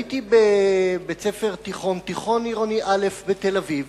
הייתי בבית-ספר תיכון, תיכון עירוני א' בתל-אביב.